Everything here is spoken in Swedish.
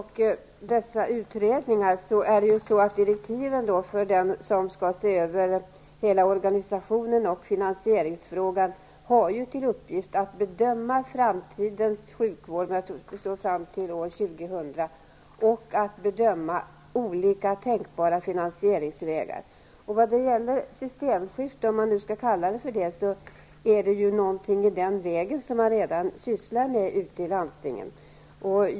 Herr talman! I direktiven för den utredning som skall se över hela organisationen och finansieringsfrågan ingår bl.a. uppgiften att bedöma framtidens sjukvård fram till år 2000 samt olika tänkbara finansieringsvägar. Om man skall använda termen systemskifte sysslar man redan med något i den vägen ute i landstingen.